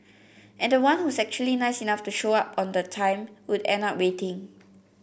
and the one who's actually nice enough to show up on the time would end up waiting